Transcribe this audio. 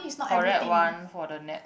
correct one for the net